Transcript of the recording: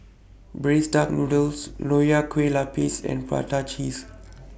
Braised Duck Noodles Nonya Kueh Lapis and Prata Cheese